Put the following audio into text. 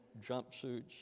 jumpsuits